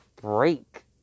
break